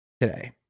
today